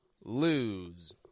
lose